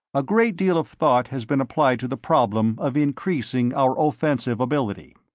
a great deal of thought has been applied to the problem of increasing our offensive ability.